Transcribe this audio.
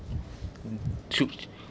mm choked